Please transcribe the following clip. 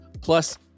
plus